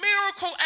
miracle